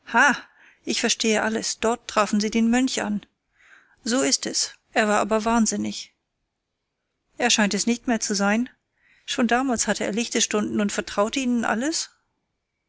ich verstehe alles dort trafen sie den mönch an so ist es er war aber wahnsinnig er scheint es nicht mehr zu sein schon damals hatte er lichte stunden und vertraute ihnen alles